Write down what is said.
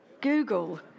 Google